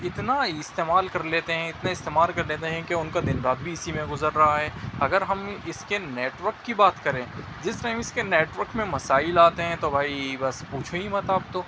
اتنا استعمال کر لیتے ہیں اتنے استعمال کر لیتے ہیں کہ ان کا دن رات بھی اسی میں گزر رہا ہے اگر ہم اس کے نیٹ ورک کی بات کریں جس ٹائم اس کے نیٹ ورک میں مسائل آتے ہیں تو بھائی بس پوچھو ہی مت اب تو